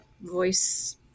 voice